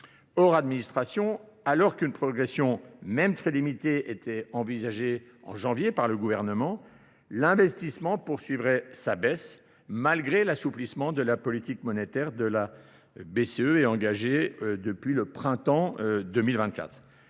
hors administration, alors qu'une progression même très limitée était envisagée en janvier par le gouvernement, l'investissement poursuivrait sa baisse malgré l'assouplissement de la politique monétaire de la BCE et engagée depuis le printemps 2024.